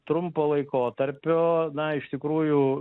trumpo laikotarpio na iš tikrųjų